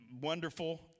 Wonderful